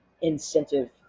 incentive